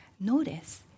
Notice